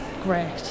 great